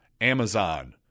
Amazon